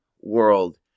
world